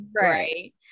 right